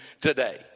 today